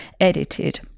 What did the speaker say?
edited